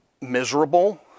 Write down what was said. miserable